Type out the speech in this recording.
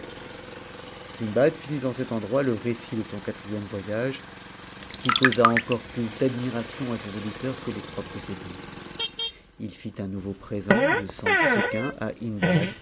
sindbab finit en cet endroit le récit de son quatrième voyage qui causa encore plus d'admiration à ses auditeurs que les trois précédents il fit nouveau présent de cent sequins à hindbad